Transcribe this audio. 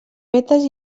vetes